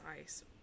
ice